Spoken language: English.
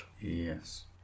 Yes